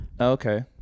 Okay